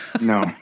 no